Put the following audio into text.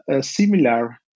similar